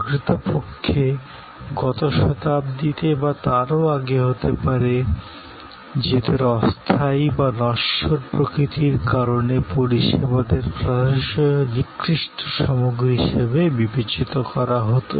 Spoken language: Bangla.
প্রকৃতপক্ষে গত শতাব্দীতে বা তারও আগে হতে পারে নিজেদের অস্থায়ী বা নশ্বর প্রকৃতির কারণে পরিষেবাকে প্রায়শঃ নিকৃষ্ট সামগ্রী হিসাবে বিবেচিত করা হত